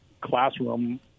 classroom